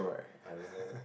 I don't know